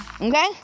Okay